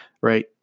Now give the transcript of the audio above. right